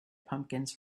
pumpkins